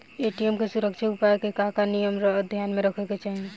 ATM के सुरक्षा उपाय के का का नियम ध्यान में रखे के चाहीं?